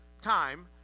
time